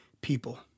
people